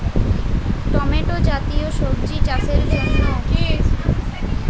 Tomato জাতীয় সবজি চাষের জন্য কোন পদ্ধতিতে জলসেচ করা সবচেয়ে উপযোগী?